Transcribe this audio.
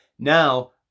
Now